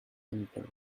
emperor